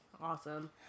awesome